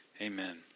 Amen